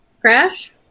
Crash